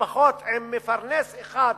משפחות עם מפרנס אחד,